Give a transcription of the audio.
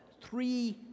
Three